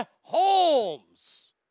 Holmes